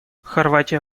хорватия